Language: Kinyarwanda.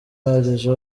uhagije